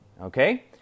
Okay